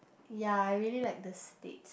ya I really like the States